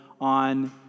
on